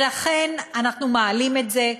לכן אנחנו מעלים את זה.